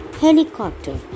helicopter